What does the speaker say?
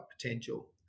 potential